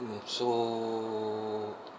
mm so